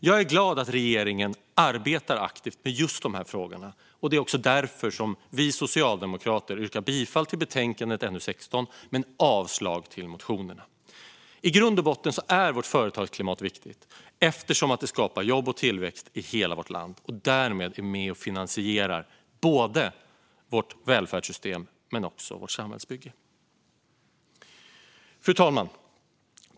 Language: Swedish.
Jag är glad att regeringen arbetar aktivt med just de här frågorna, och det är därför jag och Socialdemokraterna yrkar bifall till förslaget i betänkande NU16 och avslag på motionerna. I grund och botten är vårt företagsklimat viktigt eftersom det skapar jobb och tillväxt i hela vårt land och därmed är med och finansierar både vårt välfärdssystem och vårt samhällsbygge. Fru talman!